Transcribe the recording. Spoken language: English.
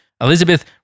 Elizabeth